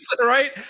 right